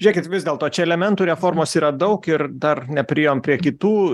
žėkit vis dėlto čia elementų reformos yra daug ir dar nepriėjom prie kitų